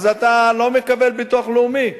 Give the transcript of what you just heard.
אז אתה לא מקבל ביטוח לאומי.